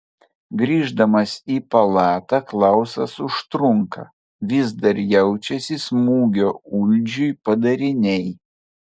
grįždamas į palatą klausas užtrunka vis dar jaučiasi smūgio uldžiui padariniai